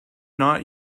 not